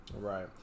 Right